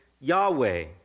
Yahweh